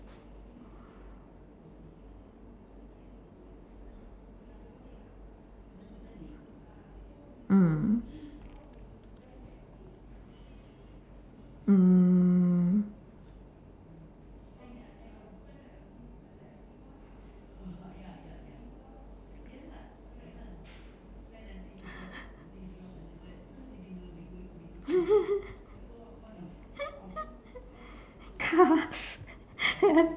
mm mm cars